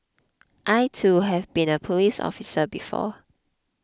I too have been a police officer before